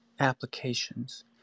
applications